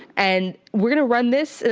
and we're gonna run this.